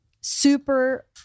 super